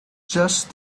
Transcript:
just